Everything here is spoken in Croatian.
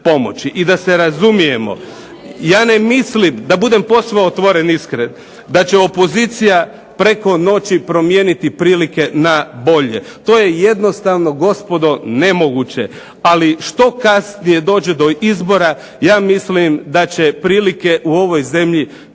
I da se razumijemo ja ne mislim, da budem posve otvoren, iskren, da će opozicija preko noći promijeniti prilike na bolje. To je jednostavno, gospodo, nemoguće. Ali što kasnije dođe do izbora ja mislim da će prilike u ovoj zemlji teže se mijenjati.